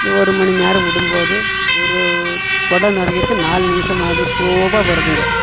இந்த ஒரு மணி நேரம் விடும்போது ஒரு குடம் நிறையிறதுக்கு நாலு நிமிஷமாகுது ஸ்லோவாக வருதுங்க